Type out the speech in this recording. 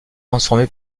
transformé